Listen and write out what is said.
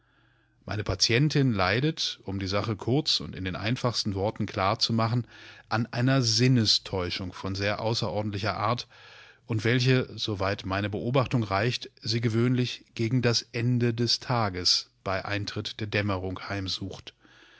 seit dieserzeitfortwährendgroßeskopfzerbrechensverursachthat meinepatientinleidet um die sache kurz und in den einfachsten worten klar zu machen an einer sinnestäuschung von sehr außerordentlicher art und welche so weit meine beobachtung reicht sie gewöhnlich gegen das ende des tages bei eintritt der dämmerungheimsucht